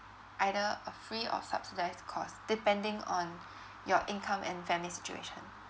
either a free or subsidised cost depending on your income and family situation